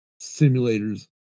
simulators